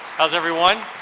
how's everyone